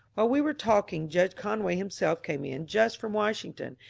while we were talking judge conway himself came in just from washing n,